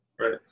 right